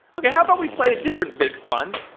okay. how but we play a different big fun?